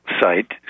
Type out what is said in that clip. site